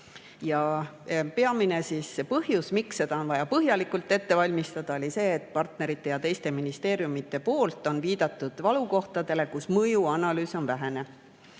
Peamine põhjus, miks seda on vaja põhjalikult ette valmistada, on see, et partnerite ja teiste ministeeriumide poolt on viidatud valukohtadele, kus mõjuanalüüs on vähene.